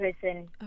person